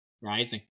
Rising